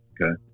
Okay